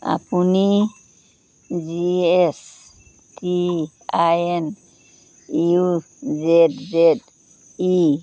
আপুনি G H T I N U Z Z E